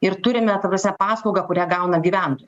ir turime ta prasme paslaugą kurią gauna gyventojai